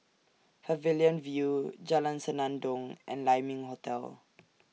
Pavilion View Jalan Senandong and Lai Ming Hotel